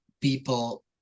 people